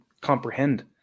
comprehend